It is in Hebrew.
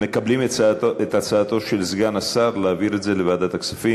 והתקבלה הצעתו של סגן השר להעביר את הנושא לוועדת הכספים.